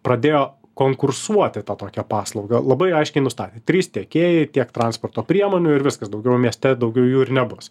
pradėjo konkursuoti tą tokią paslaugą labai aiškiai nustatė trys tiekėjai tiek transporto priemonių ir viskas daugiau mieste daugiau jų ir nebus